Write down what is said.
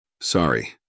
Sorry